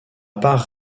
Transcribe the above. part